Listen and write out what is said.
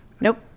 Nope